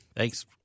Thanks